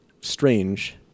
strange